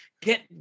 Get